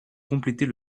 compléter